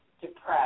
depressed